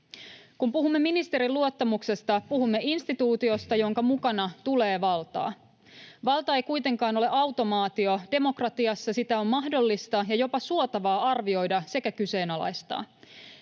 Kun puhumme ministerin luottamuksesta, puhumme instituutiosta, jonka mukana tulee valtaa. Valta ei kuitenkaan ole automaatio. Demokratiassa sitä on mahdollista ja jopa suotavaa arvioida sekä kyseenalaistaa.